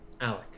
Alec